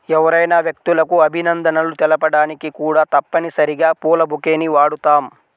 ఎవరైనా వ్యక్తులకు అభినందనలు తెలపడానికి కూడా తప్పనిసరిగా పూల బొకేని వాడుతాం